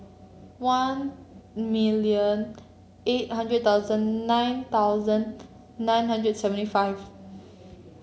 one million eight hundred thousand nine thousand nine hundred seventy five